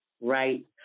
right